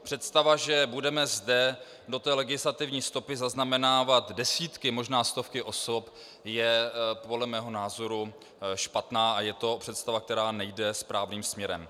Představa, že budeme zde do té legislativní stopy zaznamenávat desítky, možná stovky osob, je podle mého názoru špatná a je to představa, která nejde správným směrem.